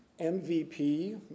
MVP